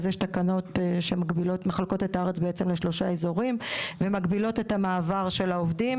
יש תקנות שמחלקות את הארץ לשלושה אזורים ומגבילות את המעבר של העובדים.